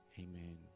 amen